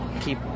keep